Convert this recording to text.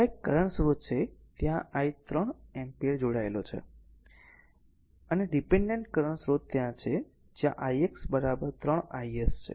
હવે આ એક કરંટ સ્રોત છે ત્યાં I 3 એમ્પીયર જેટલો છે અને ડીપેનડેન્ટ કરંટ સ્રોત ત્યાં છે જ્યાં i x 3 i s છે